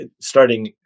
starting